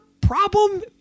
problem